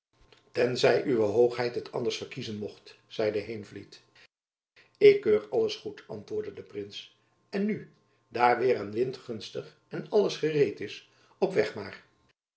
ten zij uwe hoogheid het anders verkiezen mocht zeide heenvliet ik keur alles goed antwoordde de prins en nu daar weer en wind gunstig en alles gereed is op weg maar